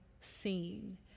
seen